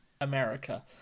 america